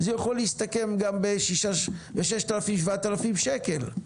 זה יכול להסתכם גם ב-7,000-6,000 שקל,